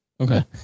Okay